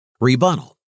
Rebuttal